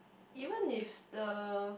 even if the